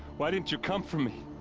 why didn't you come for me?